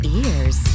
ears